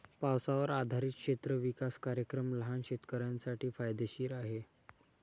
पावसावर आधारित क्षेत्र विकास कार्यक्रम लहान शेतकऱ्यांसाठी फायदेशीर आहे